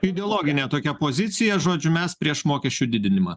ideologinė tokia pozicija žodžiu mes prieš mokesčių didinimą